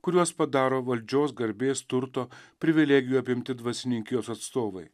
kuriuos padaro valdžios garbės turto privilegijų apimti dvasininkijos atstovai